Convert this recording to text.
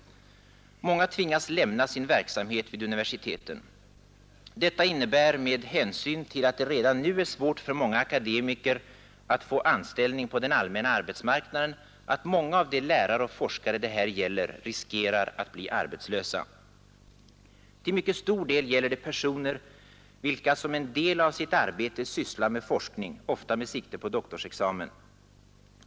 Många tvingas lämna sin verksamhet vid universiteten. Detta innebär med hänsyn till att det redan nu är svårt för många akademiker att få anställning på den allmänna arbetsmarknaden att många av de lärare och forskare det här gäller riskerar att bli arbetslösa. Till mycket stor del gäller det personer vilka som en del av sitt arbete sysslar med forskning, ofta med sikte på doktorsexamen.